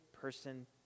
person